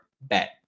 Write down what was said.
bet